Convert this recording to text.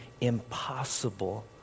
impossible